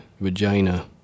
vagina